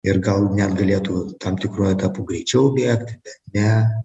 ir gal net galėtų tam tikru etapu greičiau bėgti bet ne